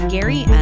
Gary